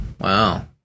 Wow